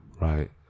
Right